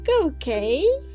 okay